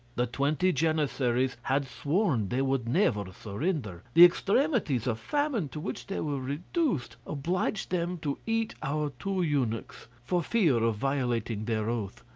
the twenty janissaries had sworn they would never surrender. the extremities of famine to which they were reduced, obliged them to eat our two eunuchs, for fear of violating their oath.